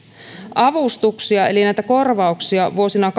avustuksia eli näitä korvauksia vuosina